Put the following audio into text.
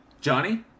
Johnny